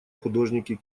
художники